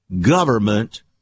government